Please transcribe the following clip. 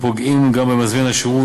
ופוגע גם במזמין השירות,